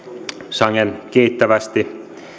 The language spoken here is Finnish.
sangen kiittävästi